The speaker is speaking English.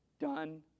done